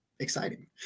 exciting